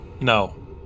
no